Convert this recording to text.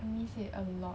I miss it a lot